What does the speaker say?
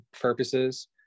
purposes